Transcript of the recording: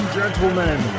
gentlemen